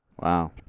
Wow